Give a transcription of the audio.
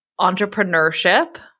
entrepreneurship